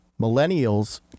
millennials